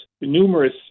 numerous